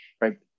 right